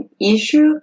issue